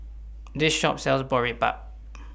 This Shop sells Boribap